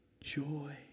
joy